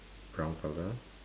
brown colour